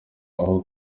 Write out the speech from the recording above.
aho